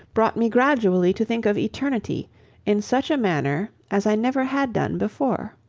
brought me gradually to think of eternity in such a manner as i never had done before.